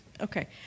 Okay